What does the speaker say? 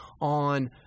on